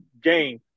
game